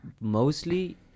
mostly